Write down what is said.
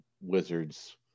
Wizards